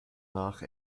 nach